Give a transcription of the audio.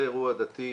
זה אירוע דתי,